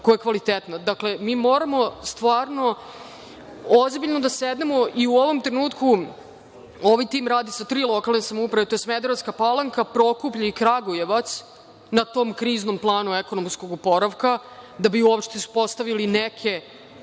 nemaju kvalitetnu vodu. Dakle, moramo stvarno ozbiljno da sednemo i u ovom trenutku ovaj tim radi sa tri lokalne samouprave, to je Smederevska Palanka, Prokuplje i Kragujevac, na tom kriznom planu ekonomskog oporavka, da bi uopšte postavili neke